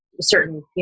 certain